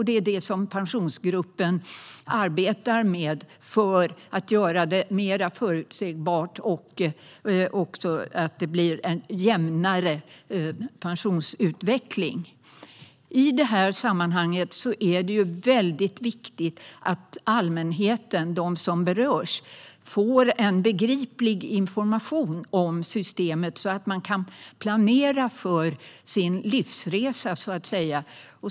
Det som Pensionsgruppen arbetar med är att göra det mer förutsägbart och att det blir en jämnare pensionsutveckling. I det här sammanhanget är det väldigt viktigt att allmänheten, de som berörs, får en begriplig information om systemet så att man kan planera för sin livsresa, så att säga.